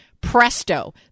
presto